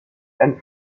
and